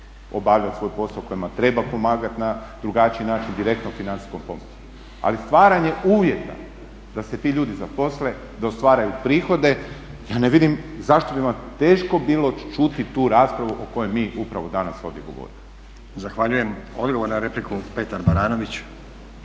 obavljati svoj posao, kojima treba pomagati na drugačiji način direktno financijskom pomoći. Ali stvaranje uvjeta da se ti ljudi zaposle, da ostvaruju prihode, ja ne vidim zašto bi vam teško bilo čuti tu raspravu o kojoj mi upravo danas ovdje govorimo. **Stazić, Nenad (SDP)** Zahvaljujem. Odgovor na repliku Petar Baranović.